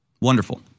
Wonderful